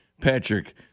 Patrick